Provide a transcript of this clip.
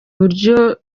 buryo